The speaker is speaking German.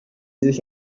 sich